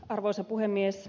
arvoisa puhemies